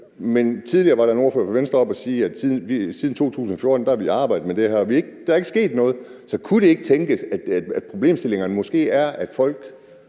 veje. Tidligere var der en ordfører fra Venstre oppe og sige, at vi siden 2014 har arbejdet med det her, og der er ikke sket noget, så kunne det ikke tænkes, at problemstillingerne måske er, at folk